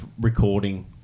recording